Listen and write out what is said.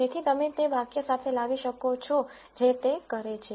તેથી તમે તે વાક્ય સાથે લાવી શકો છો જે તે કરે છે